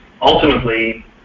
ultimately